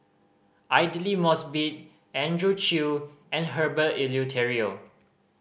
Aidli Mosbit Andrew Chew and Herbert Eleuterio